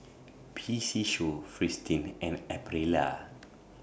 P C Show Fristine and Aprilia